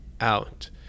out